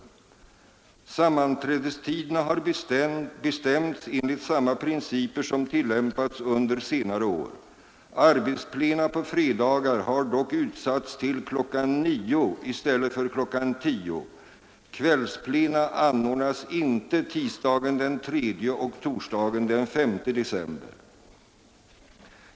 Sammanträdestiderna har bestämts enligt samma principer som tillämpats under senare år. Arbetsplena på fredagar har dock utsatts till kl. 9.00 i stället för kl. 10.00. Kvällsplena anordnas inte tisdagen den 3 och torsdagen den 5 december.